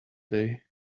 day